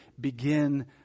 begin